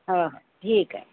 हा हा ठीक आहे